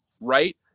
right